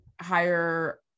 higher